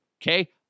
Okay